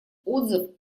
отзыв